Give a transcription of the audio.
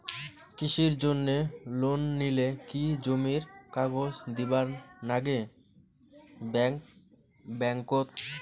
কৃষির জন্যে লোন নিলে কি জমির কাগজ দিবার নাগে ব্যাংক ওত?